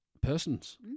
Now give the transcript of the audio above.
persons